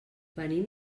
venim